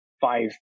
five